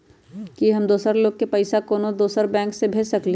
कि हम दोसर लोग के पइसा कोनो दोसर बैंक से भेज सकली ह?